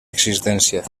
existència